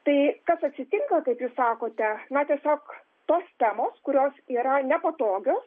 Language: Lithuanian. tai kas atsitinka kaip jūs sakote na tiesiog tos temos kurios yra nepatogios